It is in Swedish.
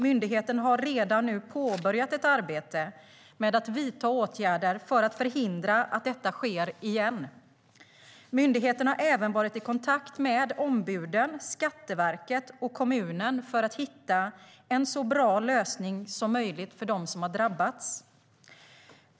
Myndigheten har redan nu påbörjat ett arbete med att vidta åtgärder för att förhindra att detta sker igen. Myndigheten har även varit i kontakt med ombuden, Skatteverket och kommunen för att hitta en så bra lösning som möjligt för dem som har drabbats.